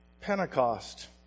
Pentecost